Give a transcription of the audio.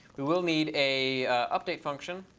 we will need a update function.